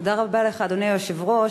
אדוני היושב-ראש,